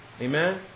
Amen